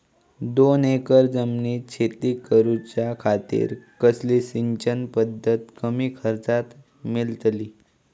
दोन एकर जमिनीत शेती करूच्या खातीर कसली सिंचन पध्दत कमी खर्चात मेलतली?